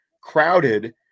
crowded